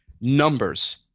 numbers